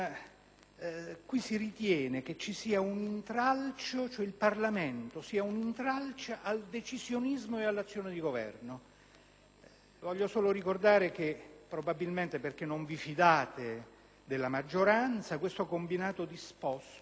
Si ritiene che il Parlamento sia un intralcio al decisionismo e all'azione di Governo. Voglio solo ricordare che, probabilmente perché non vi fidate della maggioranza, questo combinato disposto,